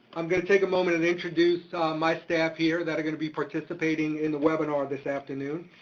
i'm gonna take a moment and introduce my staff here that are gonna be participating in the webinar this afternoon.